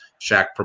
Shaq